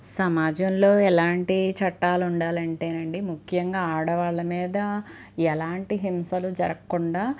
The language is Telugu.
సమాజంలో ఎలాంటి చట్టాలు ఉండాలంటేనండి ముఖ్యంగా ఆడవాళ్ళ మీద ఎలాంటి హింసలు జరగకుండా